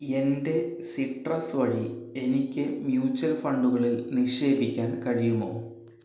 എൻ്റെ സിട്രസ് വഴി എനിക്ക് മ്യൂച്വൽ ഫണ്ടുകളിൽ നിക്ഷേപിക്കാൻ കഴിയുമോ